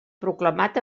proclamat